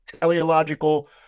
teleological